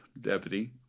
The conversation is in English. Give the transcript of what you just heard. deputy